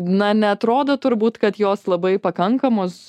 na neatrodo turbūt kad jos labai pakankamos